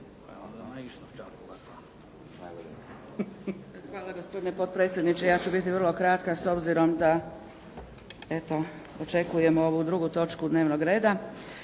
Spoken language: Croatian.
Hvala. Gospodine potpredsjedniče. Ja ću biti vrlo kratka s obzirom da eto očekujemo ovu drugu točku dnevnog reda.